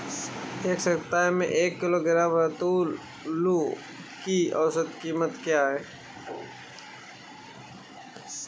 इस सप्ताह में एक किलोग्राम रतालू की औसत कीमत क्या है?